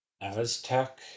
Aztec